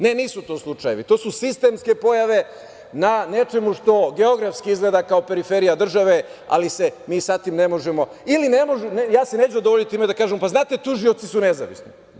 Ne, nisu to slučajevi, to su sistemske pojave na nečemu geografski izgleda kao periferija države, ali se mi sa tim ne možemo ili ne može, odnosno ja se neću zadovoljiti time da kažem – pa, znate tužioci su nezavisni.